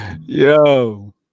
yo